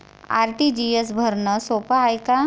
RTGS भरनं सोप हाय का?